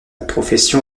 profession